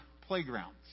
playgrounds